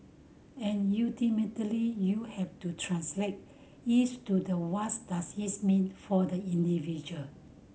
and ultimately you have to translate each to the what does it mean for the individual